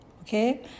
okay